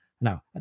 Now